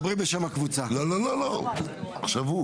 דיון מהותי